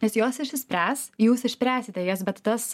nes jos išsispręs jūs išspręsite jas bet tas